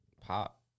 pop